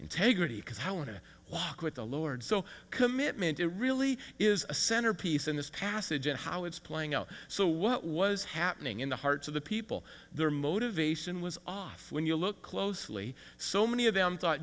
integrity because how to walk with the lord so commitment it really is a centerpiece in this passage and how it's playing out so what was happening in the hearts of the people their motivation was off when you look closely so many of them thought